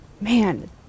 Man